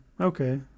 Okay